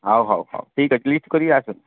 ହୋଉ ହୋଉ ହୋଉ ଠିକ୍ ଅଛି ଲିଷ୍ଟ୍ କରିକି ଆସନ୍